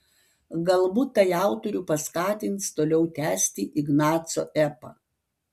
galbūt tai autorių paskatins toliau tęsti ignaco epą